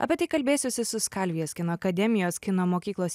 apie tai kalbėsiuosi su skalvijos kino akademijos kino mokyklos